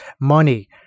money